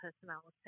personality